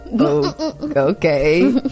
okay